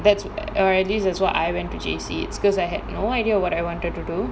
that's or at least that's why I went to J_C it's because I had no idea what I wanted to do